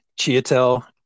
chiatel